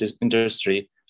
industry